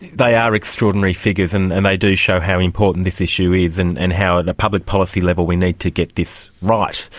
they are extraordinary figures and and they do show how important this issue is and and how at and a public policy level we need to get this right.